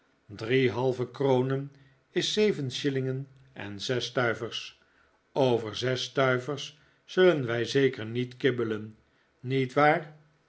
drie halve kronen is zeven shillingen en zes stuivers over zes stuivers zullen wij zeker niet kibbelen niet waar